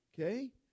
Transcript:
okay